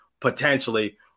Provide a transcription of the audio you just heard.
potentially